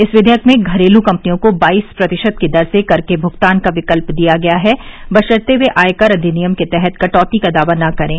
इस विधेयक में घरेलू कम्पनियों को बाईस प्रतिशत की दर से कर के भुगतान का विकल्प दिया गया है बशर्ते वे आय कर अधिनियम के तहत कटौती का दावा न करे